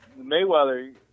Mayweather